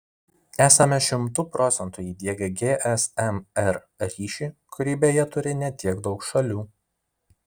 esame šimtu procentų įdiegę gsm r ryšį kurį beje turi ne tiek daug šalių